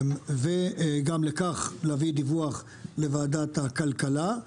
וגם לכך להביא דיווח לוועדת הכלכלה.